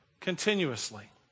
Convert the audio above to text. continuously